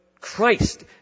Christ